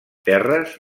terres